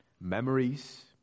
memories